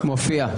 מופיע.